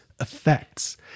effects